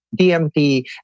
DMT